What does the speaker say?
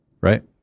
right